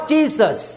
Jesus